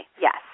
Yes